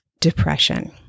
depression